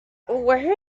where